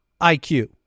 IQ